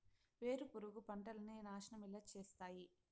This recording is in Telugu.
వేరుపురుగు పంటలని నాశనం ఎలా చేస్తాయి?